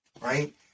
right